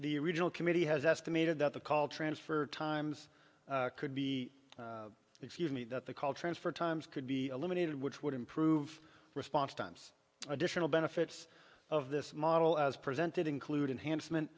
the regional committee has estimated that the call transfer times could be excuse me that the call transfer times could be eliminated which would improve response times additional benefits of this model as presented include enhancement